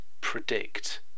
predict